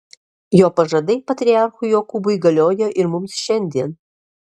jo pažadai patriarchui jokūbui galioja ir mums šiandien